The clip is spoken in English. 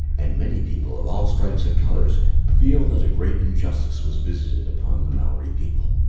and many people of all stripes and colors feel that a great injustice was visited upon the maori people.